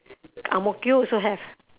ang-mo-kio also have